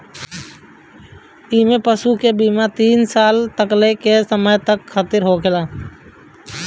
इमें पशु के बीमा तीन साल तकले के समय खातिरा होखेला